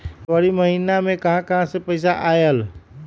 फरवरी महिना मे कहा कहा से पैसा आएल?